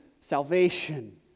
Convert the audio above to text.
salvation